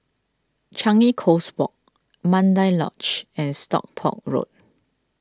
Changi Coast Walk Mandai Lodge and Stockport Road